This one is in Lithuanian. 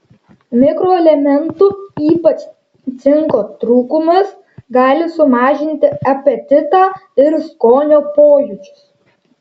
mikroelementų ypač cinko trūkumas gali sumažinti apetitą ir skonio pojūčius